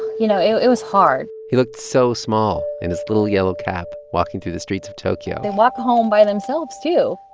you know, it was hard he looked so small in his little yellow cap walking through the streets of tokyo they walk home by themselves, too.